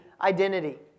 identity